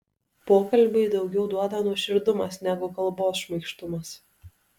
pokalbiui daugiau duoda nuoširdumas negu kalbos šmaikštumas